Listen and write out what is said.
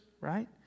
right